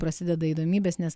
prasideda įdomybės nes